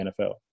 NFL